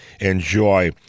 enjoy